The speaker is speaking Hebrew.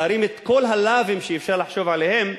להרים את כל הלאווים שאפשר לחשוב עליהם,